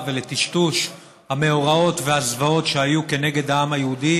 ולטשטוש המאורעות והזוועות שהיו נגד העם היהודי